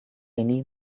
ini